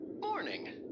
Morning